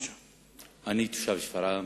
אני תושב שפרעם,